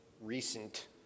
recent